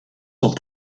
sont